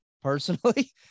Personally